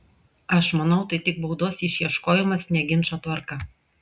aš manau tai tik baudos išieškojimas ne ginčo tvarka